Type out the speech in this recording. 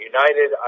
United